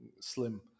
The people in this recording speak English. slim